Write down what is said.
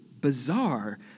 bizarre